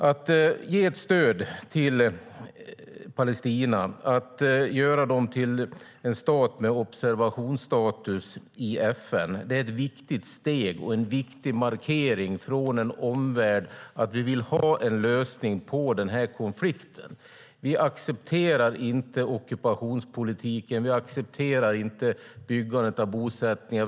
Att ge ett stöd till Palestina och göra det till en stat med observatörsstatus i FN är ett viktigt steg och en viktig markering från omvärlden om att vi vill ha en lösning på den här konflikten. Vi accepterar inte ockupationspolitiken. Vi accepterar inte byggandet av bosättningar.